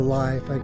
life